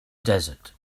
desert